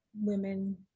women